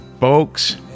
Folks